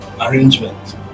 arrangement